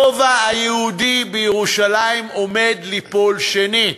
הרובע היהודי בירושלים עומד ליפול שנית.